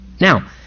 Now